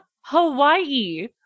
Hawaii